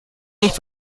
nicht